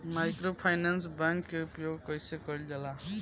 Microfinance bank के उपयोग कइसे कइल जाला?